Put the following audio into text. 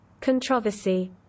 Controversy